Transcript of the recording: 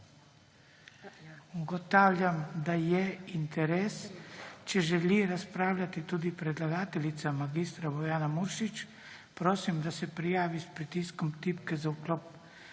Ugotavljam, da je interes. Če želi razpravljati tudi predlagateljica mag. Bojana Muršič, prosim, da se prijavi s pritiskom tipke za vklop